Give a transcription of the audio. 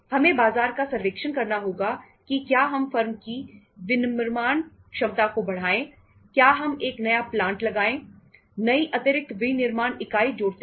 हमें बाजार का सर्वेक्षण करना होगा कि क्या हम फर्म की विनिर्माण क्षमता को बढ़ाएं क्या हम एक नया प्लांट कहते हैं